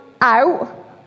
out